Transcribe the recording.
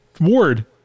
Ward